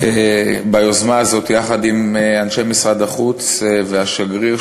ביוזמה הזאת יחד עם אנשי משרד החוץ והשגריר,